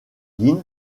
din